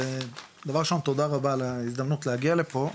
דבר ראשון תודה רבה על ההזדמנות להגיע לפה,